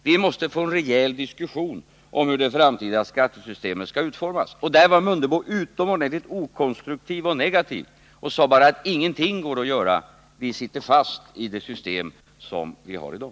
Vi måste få en rejäl diskussion om hur det framtida skattesystemet skall utformas, men på den punkten var Ingemar Mundebo utomordentligt okonstruktiv och negativ och sade bara att ingenting går att göra, att vi sitter fast i det system som vi har i dag.